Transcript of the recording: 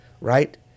right